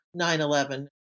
9-11